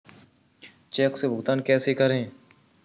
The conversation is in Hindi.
चेक से भुगतान कैसे करें?